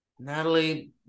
Natalie